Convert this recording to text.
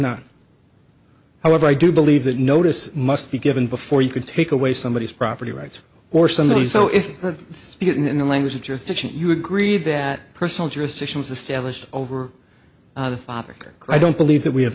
not however i do believe that notice must be given before you could take away somebody's property rights or somebody so if you speak in the language of jurisdiction you agree that personal jurisdictions established over the father i don't believe that we have